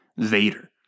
Vader